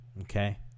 okay